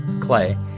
Clay